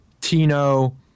Tino